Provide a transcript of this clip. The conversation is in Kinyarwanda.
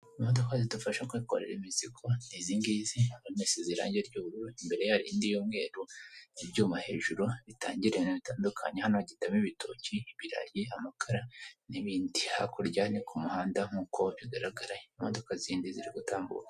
Imodoka zidufasha kwikorera imizigo ni izi ngizi, iisize irangi ry'ubururu imbere hari indi y'umweru, ibyuma hejuru ritangirana bitandukanye hano hagenfdamo ibitoki, ibirayi, amakara, n'ibindi. Hakurya ku muhanda nk'uko bigaragara imodoka zindi ziri gutambuka.